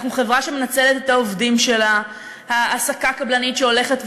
אנחנו חברה שמנצלת את העובדים שלה בהעסקה קבלנית שהולכת ומתרחבת.